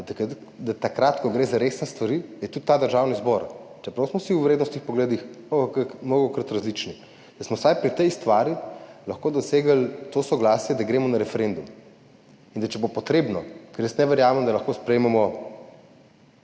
da takrat, ko gre za resne stvari, je tudi ta državni zbor, čeprav smo si v vrednostnih pogledih mnogokrat različni, smo vsaj pri tej stvari lahko dosegli to soglasje, da gremo na referendum. Če bo potrebno, ker jaz ne verjamem, da lahko to